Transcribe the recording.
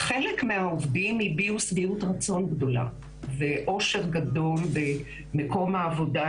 חלק מהעובדים הביעו שביעות רצון גדולה ואושר גדול במקום העבודה,